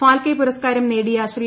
ഫാൽക്കെ പുരസ്കാരം നേടിയ ശ്രീ